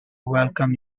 welcome